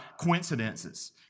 coincidences